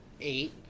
eight